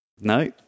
No